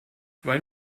wollen